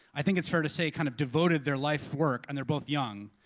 i think it's fair to say, kind of devoted their life's work, and they're both young,